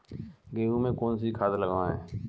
गेहूँ में कौनसी खाद लगाएँ?